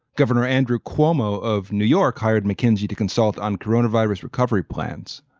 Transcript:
governor andrew cuomo of new york hired mckinsey to consult on corona virus recovery plans.